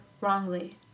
wrongly